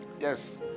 Yes